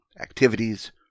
activities